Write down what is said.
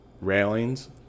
railings